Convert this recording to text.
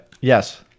Yes